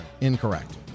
Incorrect